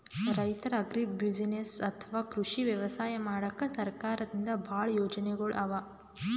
ರೈತರ್ ಅಗ್ರಿಬುಸಿನೆಸ್ಸ್ ಅಥವಾ ಕೃಷಿ ವ್ಯವಸಾಯ ಮಾಡಕ್ಕಾ ಸರ್ಕಾರದಿಂದಾ ಭಾಳ್ ಯೋಜನೆಗೊಳ್ ಅವಾ